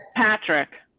patrick.